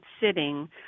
sitting